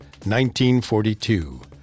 1942